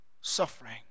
suffering